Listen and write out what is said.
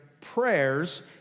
prayers